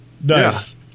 nice